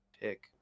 pick